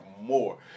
more